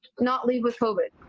not leave with covid.